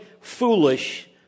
foolish